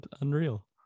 unreal